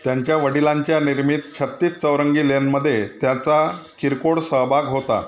त्यांच्या वडिलांच्या निर्मित छत्तीस चौरंगी लेनमध्ये त्याचा किरकोळ सहभाग होता